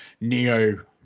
Neo